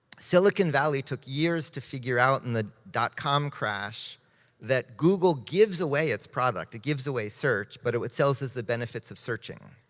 silicon valley took years to figure out in the dotcom crash that google gives away its product, it gives away search, but what sells is the benefits of searching.